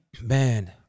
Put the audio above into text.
Man